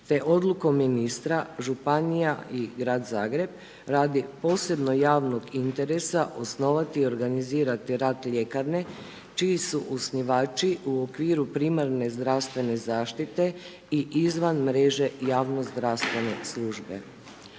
te odlukom ministra, županija i grad Zagreb radi posebno javnog interesa osnovati i organizirati rad ljekarne čiji su osnivači u okviru primarne zdravstvene zaštite i izvan mreže javno zdravstvene službe.